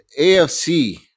AFC